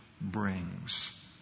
brings